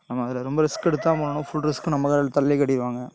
ஆமாம் அதில் ரொம்ப ரிஸ்க் எடுத்து தான் பண்ணணும் ஃபுல் ரிஸ்க்கும் நம்ம தலையிலயே கட்டிவிடுவாங்க